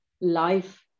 life